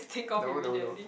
no no no